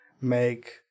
make